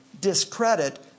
discredit